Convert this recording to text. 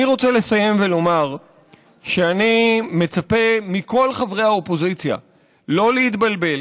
אני רוצה לסיים ולומר שאני מצפה מכל חברי האופוזיציה שלא להתבלבל